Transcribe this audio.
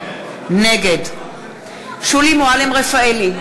נגד שולי מועלם-רפאלי,